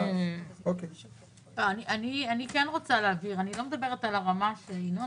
אני לא מדברת על הרמה שינון